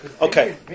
Okay